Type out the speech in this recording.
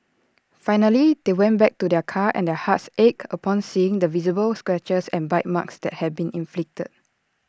finally they went back to their car and their hearts ached upon seeing the visible scratches and bite marks that had been inflicted